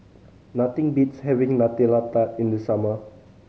nothing beats having Nutella Tart in the summer